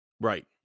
Right